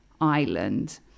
island